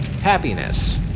happiness